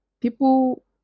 people